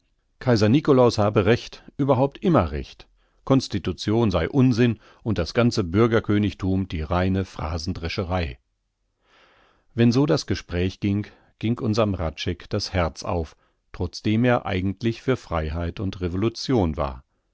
kaiser nikolaus habe recht überhaupt immer recht konstitution sei unsinn und das ganze bürgerkönigthum die reine phrasendrescherei wenn so das gespräch ging ging unserm hradscheck das herz auf trotzdem er eigentlich für freiheit und revolution war